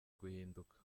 guhinduka